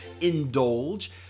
indulge